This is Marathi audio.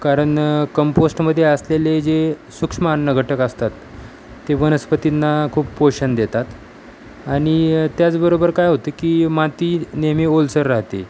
कारण कंपोस्टमध्ये असलेले जे सूक्ष्म अन्न घटक असतात ते वनस्पतींना खूप पोषण देतात आणि त्याचबरोबर काय होतं की माती नेहमी ओलसर राहते